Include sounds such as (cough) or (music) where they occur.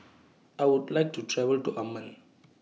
(noise) I Would like to travel to Amman